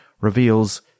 reveals